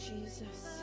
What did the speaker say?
Jesus